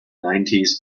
nineties